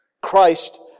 Christ